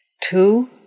two